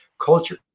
culture